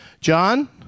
John